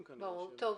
תודה.